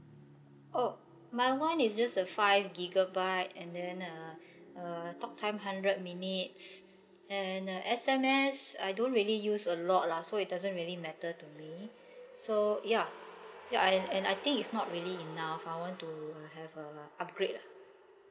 oh my one is just a five gigabyte and then uh uh talk time hundred minutes then uh S_M_S I don't really use a lot lah so it doesn't really matter to me so ya ya and and I think it's not really enough I want to have uh upgrade ah